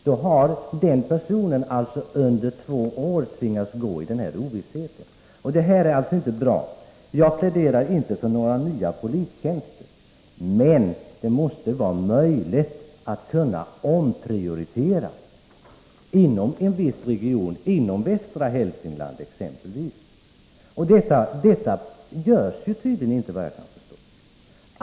Den personen har då alltså under två år tvingats gå i ovisshet. Det här är alltså inte bra. Jag pläderar inte för några nya polistjänster, men det måste vara möjligt att omprioritera inom en viss region, exempelvis inom västra Hälsingland. Det görs enligt vad jag kan förstå inte.